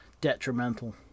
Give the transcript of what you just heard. detrimental